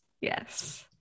yes